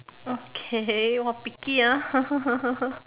okay picky !wah! ah